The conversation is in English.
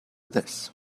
this